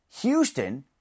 Houston